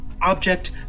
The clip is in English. Object